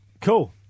cool